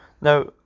now